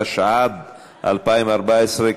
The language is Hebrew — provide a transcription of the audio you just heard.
התשע"ד 2014,